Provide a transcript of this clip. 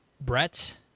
Brett